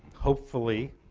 hopefully,